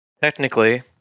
Technically